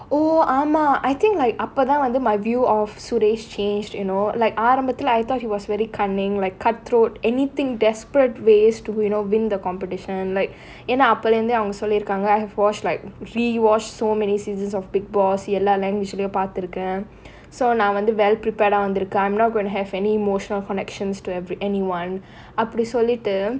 oh ஆமா:aamaa I think like அப்ப தான் வந்து:appa thaan vanthu my view of suresh changed you know like ஆரம்பத்துல:aarambathula I thought he was very cunning like cut throat anything desperate ways to win during the competition like ஏனா அப்பலிருந்தே அவங்க சொல்லீருக்காங்க:yaenaa appalirunthae avanga solleerkkaanga wash like rewatched so many seasons of bigg boss எல்லா:ellaa language பாத்துருக்கேன்:paathurukkaen so நா வந்து:naa vanthu well prepared ah வந்துருக்கேன்:vanthurukkaen I am not going to have any emotional connections to have anyone அப்டி சொல்லிட்டு:apdi sollittu